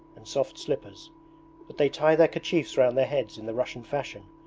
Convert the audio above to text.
and soft slippers but they tie their kerchiefs round their heads in the russian fashion.